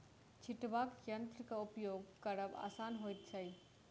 छिटबाक यंत्रक उपयोग करब आसान होइत छै